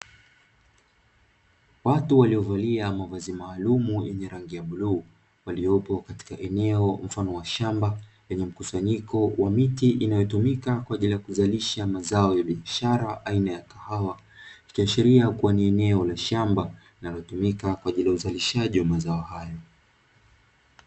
Watu waliovalia mavazi maalum yenye rangi ya bluu waliopo katika eneo mfano wa shamba, lenye mkusanyiko wa miti inayotumika kwa ajili ya kuzalisha mazao ya biashara aina ya kahawa. Ikiashiria kuwa ni eneo la shamba linalotumika kwa ajili ya uzalishaji wa mazao haya.